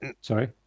Sorry